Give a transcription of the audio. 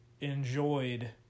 enjoyed